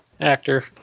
actor